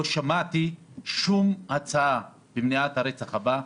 לא שמעתי שום הצעה איך מונעים את הרצח הבא.